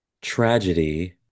tragedy